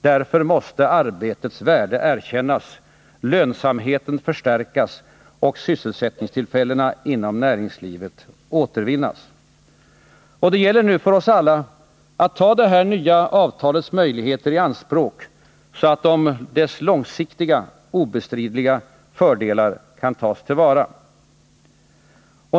Därför måste arbetets värde erkännas, lönsamheten förstärkas och sysselsättningstillfällena inom näringslivet återvinnas.” Det gäller nu för oss alla att ta det nya avtalets möjligheter i anspråk, så att dess långsiktiga, obestridliga fördelar kan tas till vara.